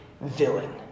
villain